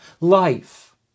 life